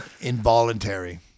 Involuntary